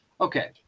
okay